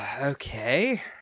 Okay